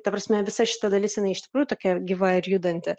ta prasme visa šita dalis jinai iš tikrųjų tokia gyva ir judanti